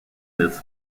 this